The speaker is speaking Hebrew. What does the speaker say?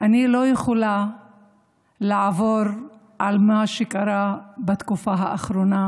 אני לא יכולה לעבור על מה שקרה בתקופה האחרונה,